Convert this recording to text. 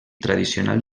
tradicional